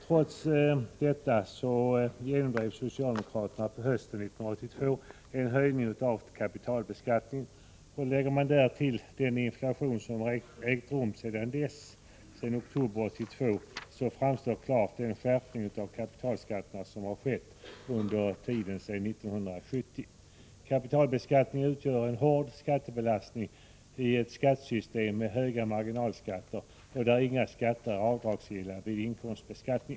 Trots detta genomdrev socialdemokraterna på hösten 1982 en höjning av kapitalbeskattningen. Lägger man därtill den inflation som ägt rum sedan oktober 1982 framstår klart den skärpning av kapitalbeskattningen som skett sedan 1970. Kapitalbeskattningen utgör en hård skattebelastning i ett skattesystem präglat av höga marginalskatter och där inga skatter är avdragsgilla vid inkomstbeskattning.